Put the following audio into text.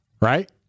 right